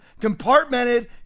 compartmented